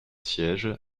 sièges